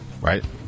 right